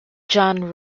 john